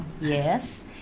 Yes